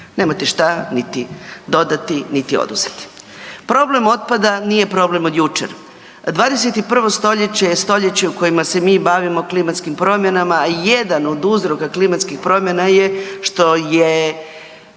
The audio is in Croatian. Nemate šta niti dodati niti oduzeti. Problem otpada nije problem od jučer, 21. stoljeće je stoljeće u kojem se mi bavimo klimatskim promjena, a jedan od uzroka klimatskih promjena je što mi